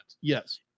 Yes